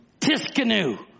Tiskanu